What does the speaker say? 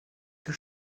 elle